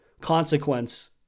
consequence